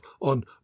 on